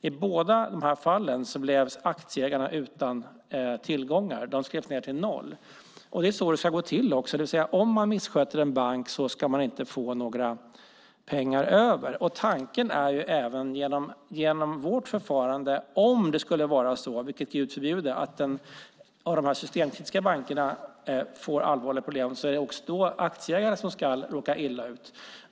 I båda de här fallen blev aktieägarna utan tillgångar, de skrevs ned till noll. Det är så det ska gå till. Om man missköter en bank ska man inte få några pengar över. Tanken i vårt förfarande är att om, vilket gud förbjude, de systemkritiska bankerna skulle få allvarliga problem är det aktieägarna som ska råka illa ut.